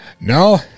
No